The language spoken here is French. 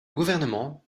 gouvernement